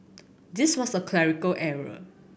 this was a clerical error